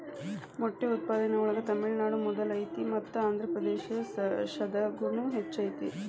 ಮೊಟ್ಟೆ ಉತ್ಪಾದನೆ ಒಳಗ ತಮಿಳುನಾಡು ಮೊದಲ ಐತಿ ಮತ್ತ ಆಂದ್ರಪ್ರದೇಶದಾಗುನು ಹೆಚ್ಚ ಐತಿ